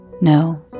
No